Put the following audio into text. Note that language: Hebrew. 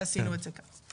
עשינו את זה כך.